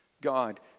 God